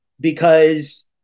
because-